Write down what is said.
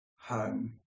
home